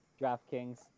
DraftKings